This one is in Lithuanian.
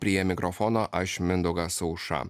prie mikrofono aš mindaugas auša